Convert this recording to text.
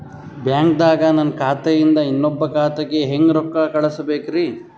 ಬ್ಯಾಂಕ್ದಾಗ ನನ್ ಖಾತೆ ಇಂದ ಇನ್ನೊಬ್ರ ಖಾತೆಗೆ ಹೆಂಗ್ ರೊಕ್ಕ ಕಳಸಬೇಕ್ರಿ?